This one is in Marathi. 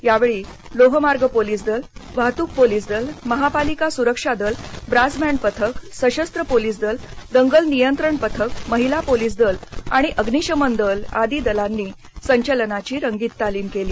यावेळी लोहमार्ग पोलीस दल वाहतूक पोलीस दल महापालिका सुरक्षा दल ब्रास बँड पथक सशस्त्र पोलीस दल दंगल नियंत्रण पथक महिला पोलीस दल आणि अग्निशमन दल आदी दलांनी संचलनाची रंगीत तालीम केली